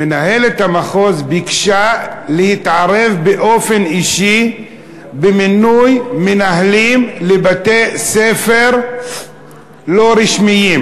מנהלת המחוז ביקשה להתערב באופן אישי במינוי מנהלים לבתי-ספר לא רשמיים.